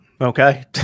okay